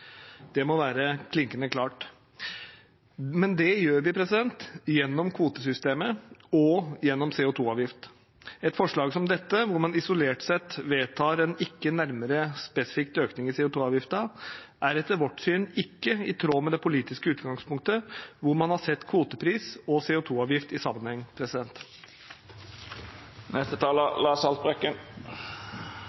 Det må være klinkende klart. Men det gjør vi gjennom kvotesystemet og CO2-avgift. Et forslag som dette, hvor man isolert sett vedtar en ikke nærmere spesifisert økning av CO2-avgiften, er etter vårt syn ikke i tråd med det politiske utgangspunktet, hvor man har sett kvotepris og CO2-avgift i sammenheng.